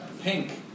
pink